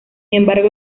embargo